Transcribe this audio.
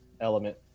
element